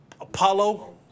Apollo